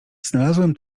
znalazłem